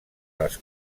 les